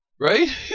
Right